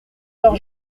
leurs